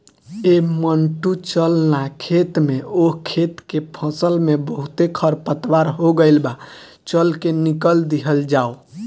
ऐ मंटू चल ना खेत में ओह खेत के फसल में बहुते खरपतवार हो गइल बा, चल के निकल दिहल जाव